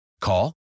Call